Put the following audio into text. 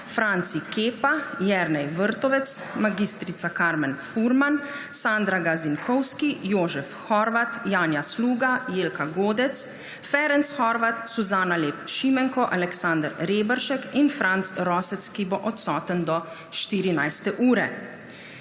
Franci Kepa, Jernej Vrtovec, mag. Karmen Furman, Sandra Gazinkovski, Jožef Horvat, Janja Sluga, Jelka Godec, Ferenc Horvath, Suzana Lep Šimenko, Aleksander Reberšek in Franc Rosec, ki bo odsoten do 14.